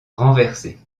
renversés